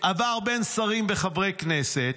הוא עבר בין שרים וחברי כנסת,